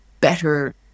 better